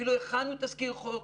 אפילו הכנו תסקיר חוק.